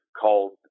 called